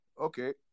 Okay